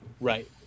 Right